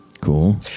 Cool